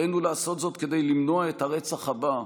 עלינו לעשות זאת כדי למנוע את הרצח הבא,